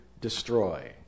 destroy